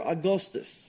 Augustus